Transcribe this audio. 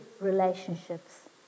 relationships